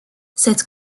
cette